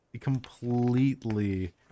completely